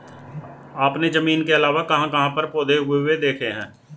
आपने जमीन के अलावा कहाँ कहाँ पर पौधे उगे हुए देखे हैं?